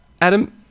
Adam